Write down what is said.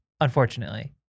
unfortunately